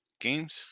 games